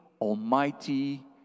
Almighty